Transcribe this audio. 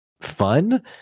fun